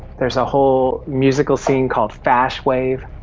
there's a whole musical scene called fash wave.